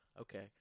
okay